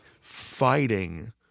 fighting